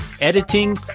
editing